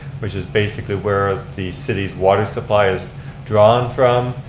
which is basically where the city's water supply is drawn from.